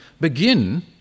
begin